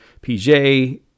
pj